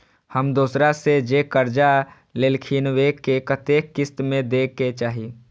हम दोसरा से जे कर्जा लेलखिन वे के कतेक किस्त में दे के चाही?